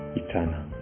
eternal